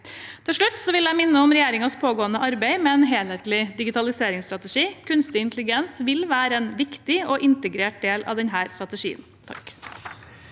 Til slutt vil jeg minne om regjeringens pågående arbeid med en helhetlig digitaliseringsstrategi. Kunstig intelligens vil være en viktig og integrert del av denne strategien.